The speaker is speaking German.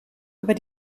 über